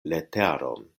leteron